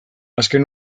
azken